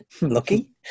lucky